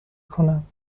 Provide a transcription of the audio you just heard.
کنم